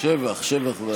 שבח, שבח וייס.